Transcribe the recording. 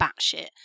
batshit